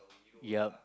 ya